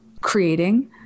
creating